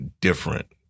different